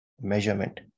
measurement